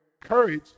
courage